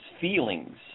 feelings